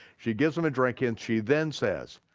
she gives him a drink and she then says,